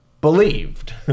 believed